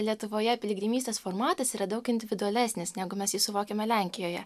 lietuvoje piligrimystės formatas yra daug individualesnis negu mes jį suvokiame lenkijoje